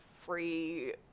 free